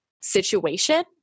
situation